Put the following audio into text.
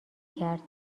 کرد